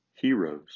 heroes